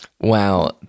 Wow